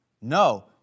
No